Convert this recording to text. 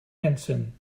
mensen